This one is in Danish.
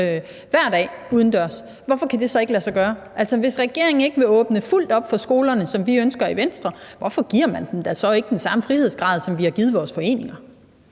hver dag udendørs? Hvorfor kan det så ikke lade sig gøre? Altså, hvis regeringen ikke vil åbne fuldt op for skolerne, som vi ønsker det i Venstre, hvorfor giver man dem da så ikke den samme frihedsgrad, som vi har givet vores foreninger?